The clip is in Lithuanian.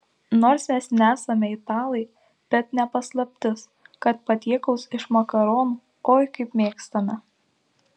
nors mes nesame italai bet ne paslaptis kad patiekalus iš makaronų oi kaip mėgstame